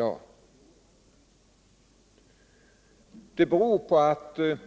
Anledningen till denna konkurrens